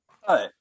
Hi